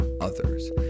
others